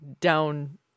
down